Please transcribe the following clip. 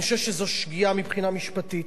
אני חושב שזו שגיאה מבחינה משפטית.